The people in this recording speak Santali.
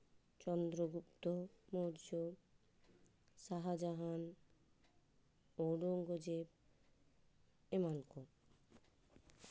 ᱪᱚᱱᱫᱨᱚᱜᱩᱯᱛᱚ ᱢᱳᱨᱡᱚ ᱥᱟᱦᱟᱡᱟᱦᱟᱱ ᱳᱨᱚᱝᱜᱚᱡᱮᱵᱽ ᱮᱢᱟᱱ ᱠᱚ